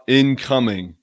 incoming